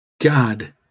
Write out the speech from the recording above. God